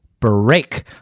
break